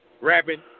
Rapping